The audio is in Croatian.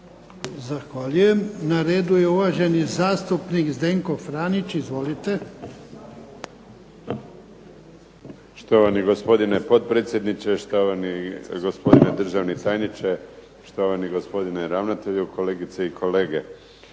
Zahvaljujem. Na redu je uvažani zastupnik Zdenko Franić. Izvolite. **Franić, Zdenko (SDP)** Štovani gospodine potpredsjedniče, štovani gospodine državni tajniče, štovani gospodine ravnatelju, kolegice i kolege.